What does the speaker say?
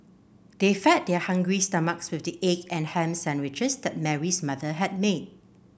they fed their hungry stomachs with the egg and ham sandwiches that Mary's mother had made